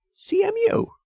CMU